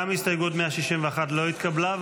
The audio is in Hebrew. גם הסתייגות 161 לא התקבלה.